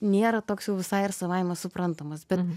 nėra toks jau visai ir savaime suprantamas bet